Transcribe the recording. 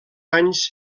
anys